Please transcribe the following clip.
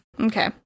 Okay